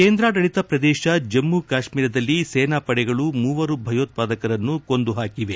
ಕೇಂದ್ರಾಡಳಿತ ಪ್ರದೇಶ ಜಮ್ಮ ಕಾಶ್ಮೀರದಲ್ಲಿ ಸೇನಾಪಡೆಗಳು ಮೂವರು ಭಯೋತ್ವಾದಕರು ಕೊಂದು ಪಾಕಿದೆ